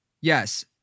Yes